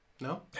no